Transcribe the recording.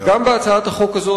גם בהצעת החוק הזאת,